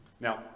Now